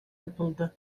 yapıldı